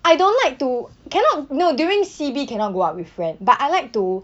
I don't like to cannot no during C_B cannot go out with friend but I like to